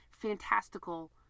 fantastical